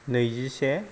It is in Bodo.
नैजिसे